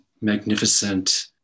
magnificent